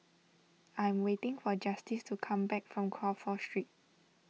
I'm waiting for Justice to come back from Crawford Street